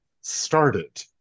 started